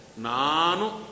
nanu